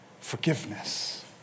forgiveness